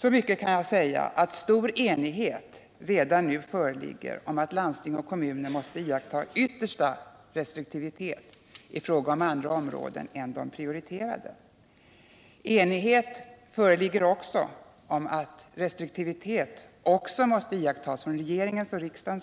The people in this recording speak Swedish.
Så mycket kan jag säga som att stor enighet redan nu föreligger om att landsting och kommuner måste iaktta yttersta restriktivitet i fråga om andra områden än de prioriterade. Enighet råder också om att restriktivitet måste iakttagas av regering och riksdag